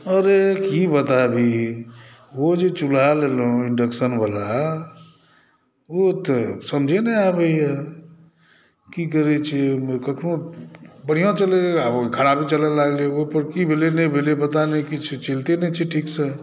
अरे की बताबी ओ जे चुल्हा लेलहुँ इन्डक्शनवला ओ तऽ समझे नहि आबैए की करैत छै ओहिमे कखनो बढ़िआँ चलय लागलै कखनो खराबे चलय लागलै ओहिपर की भेलै नहि भेलै पता नहि किछु चलिते नहि छै ठीकसँ